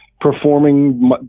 performing